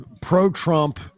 pro-Trump